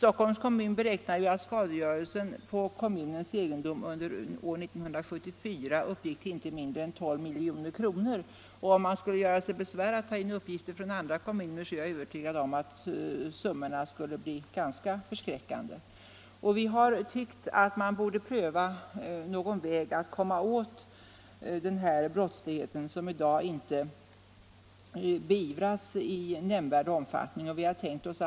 Stockholms kommun beräknar att skadegörelsen på kommunens egendom under 1974 uppgick till inte mindre än 12 milj.kr. Om man skulle göra sig besvär med att ta in uppgifter från andra kommuner är jag övertygad om att summorna skulle bli ganska förskräckande. Vi har tyckt att någon väg att komma åt den här brottsligheten, som i dag inte beivras i nämnvärd omfattning, borde prövas.